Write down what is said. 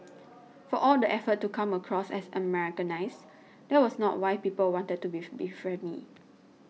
for all the effort to come across as Americanised that was not why people wanted to befriend me